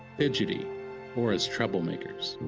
fidgety or as troublemakers.